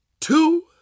two